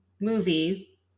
movie